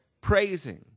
Praising